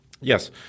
Yes